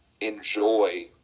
enjoy